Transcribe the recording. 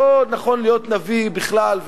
לא נכון להיות נביא בכלל,